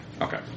Okay